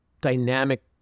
dynamic